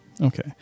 okay